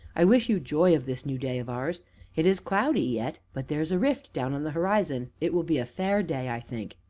i wish you joy of this new day of ours it is cloudy yet, but there is a rift down on the horizon it will be a fair day, i think.